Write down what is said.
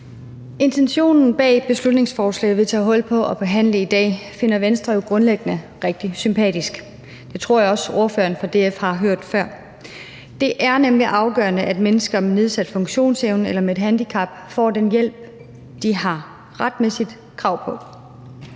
Intentionen bag beslutningsforslaget, vi tager hul på at behandle i dag, finder Venstre jo grundlæggende rigtig sympatisk. Det tror jeg også ordføreren fra DF har hørt før. Det er nemlig afgørende, at mennesker med nedsat funktionsevne eller med et handicap, får den hjælp, de retmæssigt har krav på.